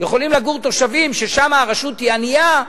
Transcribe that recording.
יכולים לגור תושבים שהרשות שלהם ענייה,